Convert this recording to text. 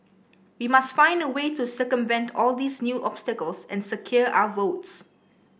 we must find a way to circumvent all these new obstacles and secure our votes